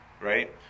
right